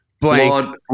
blank